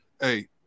hey